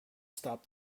stop